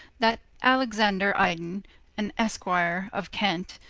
that alexander iden an esquire of kent,